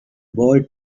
boy